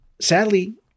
sadly